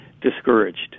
discouraged